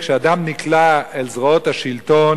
כשאדם נקלע אל זרועות השלטון,